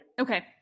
Okay